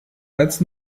als